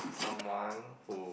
someone who